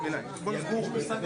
לחמם בית כזה,